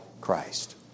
Christ